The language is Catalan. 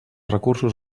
recursos